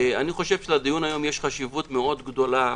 אני חושב שלדיון היום יש חשיבות מאוד גדולה.